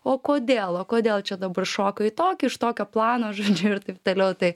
o kodėl o kodėl čia dabar šoka į tokį iš tokio plano žodžiu ir taip toliau tai